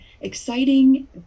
exciting